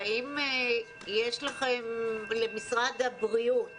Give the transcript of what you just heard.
האם יש לכם יחד עם משרד הבריאות